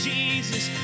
Jesus